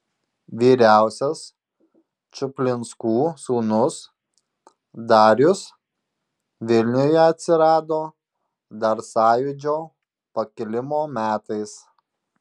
vyriausias čuplinskų sūnus darius vilniuje atsirado dar sąjūdžio pakilimo metais